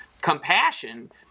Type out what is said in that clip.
compassion